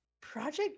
Project